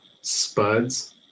Spuds